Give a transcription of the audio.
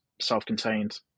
self-contained